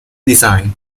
design